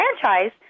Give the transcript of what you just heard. franchise